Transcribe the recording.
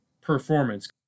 performance